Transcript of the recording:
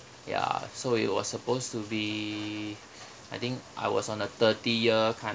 ya so it was supposed to be I think I was on a thirty year kind